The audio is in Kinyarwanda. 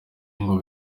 ngo